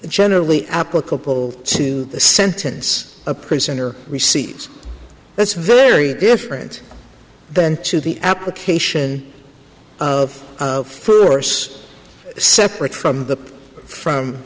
generally applicable to the sentence a prisoner receives that's very different than to the application of force separate from the from